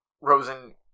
Rosen